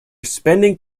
spending